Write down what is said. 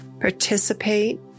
participate